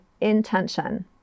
intention